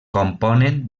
componen